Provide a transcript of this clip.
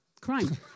Crime